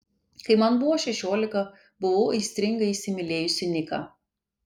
kai man buvo šešiolika buvau aistringai įsimylėjusi niką